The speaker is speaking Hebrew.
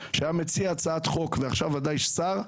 חושב שלא היה מציע הצעת חוק שעכשיו שר,